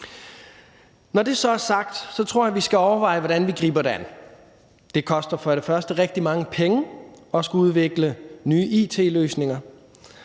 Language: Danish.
Når det så er sagt, tror jeg, vi skal overveje, hvordan vi griber det an. Det koster først og fremmest rigtig mange penge at skulle udvikle nye it-løsninger,